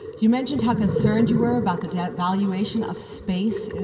you mentioned how concerned you were about the devaluation of space,